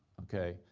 okay?